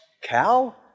cow